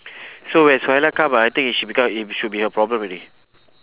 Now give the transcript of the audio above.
so when suhaila come ah I think if she become it should be her problem already